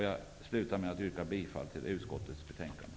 Jag avslutar med att yrka bifall till hemställan i utskottets betänkande.